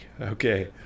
Okay